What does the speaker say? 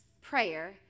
prayer